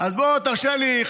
אז בוא תרשה לי,